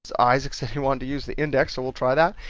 so isaac said you wanted to use the index, so we'll try that.